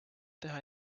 teha